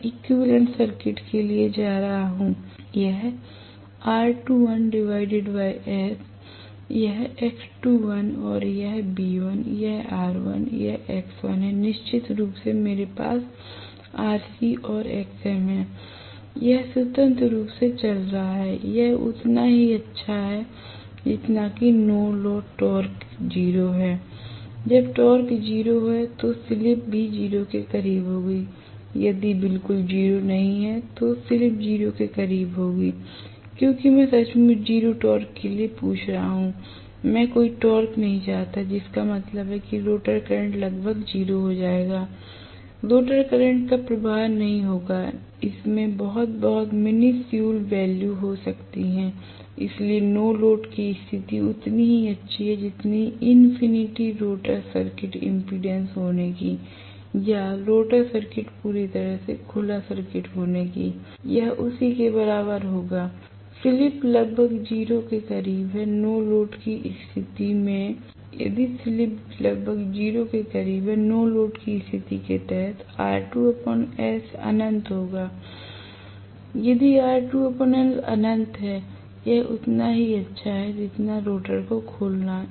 मैं equivalent circuit के लिए जा रहा हूं यह R2ls यह X2l और यह V1 यह R1 यह X1 हैनिश्चित रूप से मेरे पास Rc और Xm है यह स्वतंत्र रूप से चल रहा है यह उतना ही अच्छा है जितना नो लोड टॉर्क 0 है जब टॉर्क 0 है तो स्लिप भी 0 के करीब होगी यदि बिल्कुल 0 नहीं तो स्लिप 0 के करीब होगी क्योंकि मैं सचमुच 0 टॉर्क के लिए पूछ रहा हूं मैं कोई टॉर्क नहीं चाहता जिसका मतलब है कि रोटर करंट लगभग 0 हो जाएगा l रोटर करंट का प्रवाह नहीं होगा इसमें बहुत बहुत मिनिस्यूल वैल्यू हो सकती है इसलिए नो लोड की स्थिति उतनी ही अच्छी है जितनी इन्फिनिटी रोटर सर्किट इम्पीडेंस होने की या रोटर सर्किट पूरी तरह से खुला सर्किट होने के कारण यह उसी के बराबर होगा स्लिप लगभग 0 के करीब है नो लोड की स्थिति में यदि स्लिप लगभग 0 के करीब है नो लोड की स्थिति के तहत R2 s अनंत होता है यदि R2 s अनंत है यह उतना ही अच्छा है जितना रोटर को खोलना